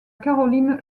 caroline